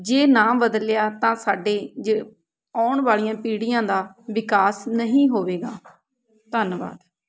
ਜੇ ਨਾ ਬਦਲਿਆ ਤਾਂ ਸਾਡੇ ਜ ਆਉਣ ਵਾਲੀਆਂ ਪੀੜੀਆਂ ਦਾ ਵਿਕਾਸ ਨਹੀਂ ਹੋਵੇਗਾ ਧੰਨਵਾਦ